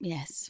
Yes